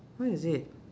what is it